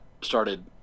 started